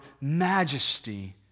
majesty